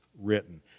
written